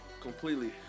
completely